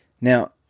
Now